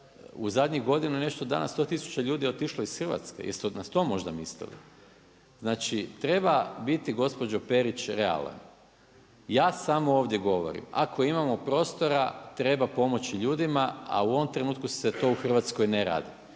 u zadnjih godinu i nešto dana 100 tisuća ljudi je otišlo iz Hrvatske jeste na to možda mislili? Znači treba biti gospođo Perić realan. Ja samo ovdje govorim, ako imamo prostora treba pomoći ljudima, a u ovom trenutku se to u Hrvatskoj ne radi.